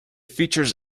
features